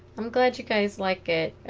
i'm glad you guys like it